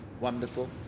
wonderful